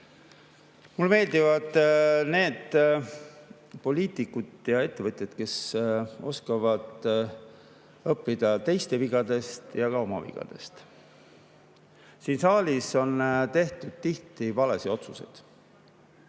Mulle meeldivad need poliitikud ja ettevõtjad, kes oskavad õppida teiste vigadest ja ka oma vigadest. Siin saalis on tehtud tihti valesid otsuseid.